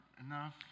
enough